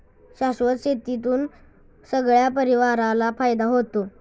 शाश्वत शेतीतून सगळ्या परिवाराला फायदा होतो